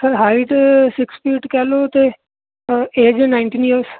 sir height sixty eight ਕਹਿ ਲਓ ਅਤੇ ਅ ਏਜ ਨਾਈਨਟੀਨ ਈਅਰਸ